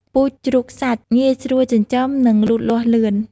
ពូជជ្រូកសាច់ ងាយស្រួលចិញ្ចឹម និងលូតលាស់លឿន។